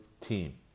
team